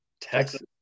Texas